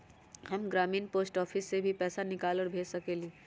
हम ग्रामीण post office से भी पैसा निकाल और भेज सकेली?